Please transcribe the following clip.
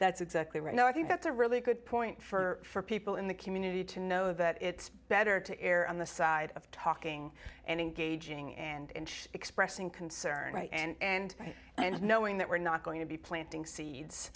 that's exactly right now i think that's a really good point for people in the community to know that it's better to err on the side of talking and engaging and expressing concern and and knowing that we're not going to be planting seeds